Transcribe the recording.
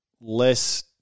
less